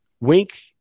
Wink